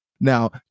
Now